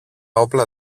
όπλα